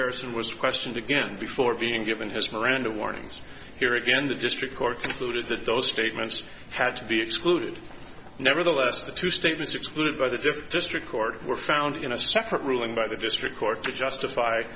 harrison was questioned again before being given his miranda warnings here again the district court food is that those statements had to be excluded nevertheless the two statements excluded by the fifth district court were found in a separate ruling by the district court to justify